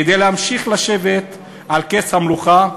כדי להמשיך לשבת על כס המלוכה,